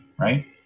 right